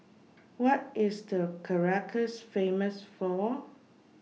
What IS Caracas Famous For